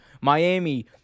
Miami